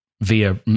via